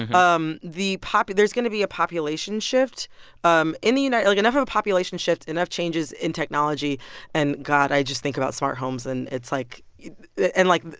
um the there's going to be a population shift um in the united like, enough of a population shift, enough changes in technology and god, i just think about smart homes, and it's, like and, like,